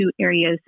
areas